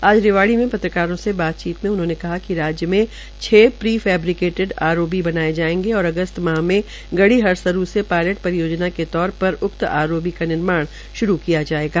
आज रिवाड़ी से पत्रकारों से बातचीत में उन्होंने कहा कि राज्य में छफेबरीकेटीटिड आरओबी बनायें जायेंगे और अगस्त माह में गढ़ी हरसरू से पायलट परियोजना के तौर पर उक आरओबी का निर्माण श्रू किया जायेगा